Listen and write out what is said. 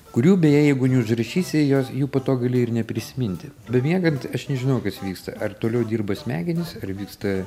kurių beje jeigu neužrašysi jos jų po to gali ir neprisiminti bemiegant aš nežinau kas vyksta ar toliau dirba smegenys ar vyksta